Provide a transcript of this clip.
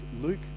Luke